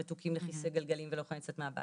אם הם בכלל רתוקים לכיסא גלגלים ולא יכולים לצאת מהבית.